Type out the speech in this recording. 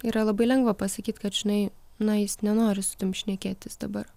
yra labai lengva pasakyt kad žinai na jis nenori su tavim šnekėtis dabar